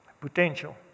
potential